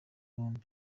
bombi